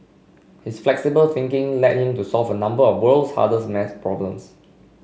his flexible thinking led him to solve a number of world's hardest maths problems